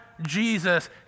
Jesus